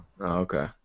Okay